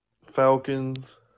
Falcons